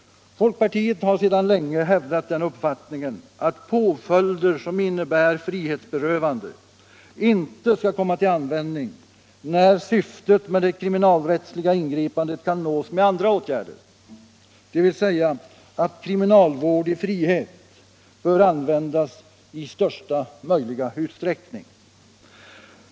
Folkpartiet har sedan länge hävdat att påföljder som innebär frihetsberövande inte skall komma till användning, när syftet med det kriminalrättsliga ingripandet kan nås med andra åtgärder, dvs. att kriminalvård i frihet bör användas i största möjliga utsträckning.